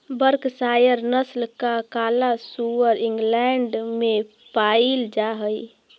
Berkshire नस्ल का काला सुअर इंग्लैण्ड में पायिल जा हई